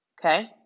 Okay